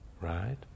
right